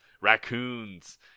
raccoons